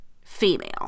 female